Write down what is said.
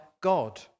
God